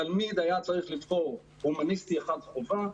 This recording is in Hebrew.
תלמיד היה צריך לבחור הומניסטי אחד חובה,